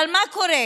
אבל מה קורה?